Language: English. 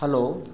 hello